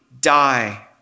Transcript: die